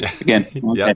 Again